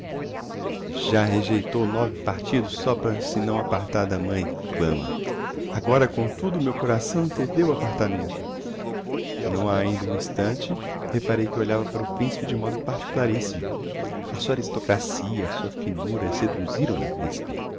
já rejeitou nove partidos só para se não apartar da mãe clama agora comtudo o meu coração antevê o apartamento não ha ainda um instante reparei que olhava para o principe de modo particularissimo a sua aristocracia a sua finura seduziram na principe